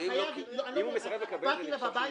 --- אתה ניגש אליו הביתה?